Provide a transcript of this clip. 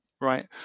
right